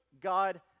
God